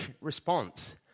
response